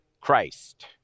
Christ